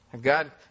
God